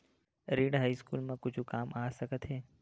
ऋण ह स्कूल मा कुछु काम आ सकत हे?